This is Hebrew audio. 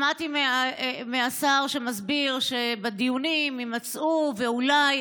שמעתי שהשר מסביר שבדיונים יימצאו, ואולי,